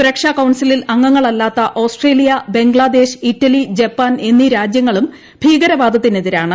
സുരക്ഷാ കൌൺസിലിൽ അംഗങ്ങളല്ലാത്ത ഓസ്ട്രേലിയ ബംഗ്ലാദേശ് ഇറ്റലി ജപ്പാൻ എന്നീ രാജ്യങ്ങളും ഭീകരവാദത്തിനെതിരാണ്